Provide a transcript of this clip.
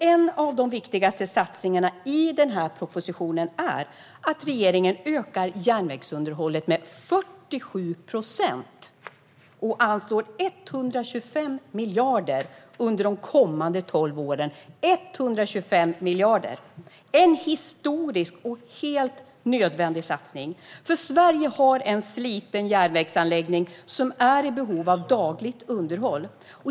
En av de viktigaste satsningarna i propositionen är att regeringen ökar järnvägsunderhållet med 47 procent och anslår 125 miljarder under de kommande tolv åren. Det är en historisk och helt nödvändig satsning. Sverige har nämligen en sliten järnvägsanläggning som är i behov av dagligt underhåll.